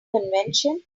convention